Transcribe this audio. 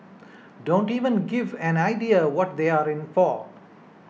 don't even give an idea what they are in for